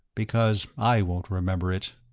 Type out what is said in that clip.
because i won't remember it.